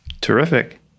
Terrific